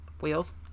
wheels